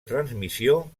transmissió